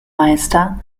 meister